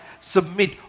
submit